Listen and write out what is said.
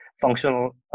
functional